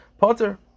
Potter